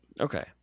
Okay